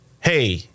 hey